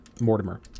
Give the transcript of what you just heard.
Mortimer